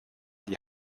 die